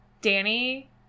Danny